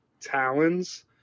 talons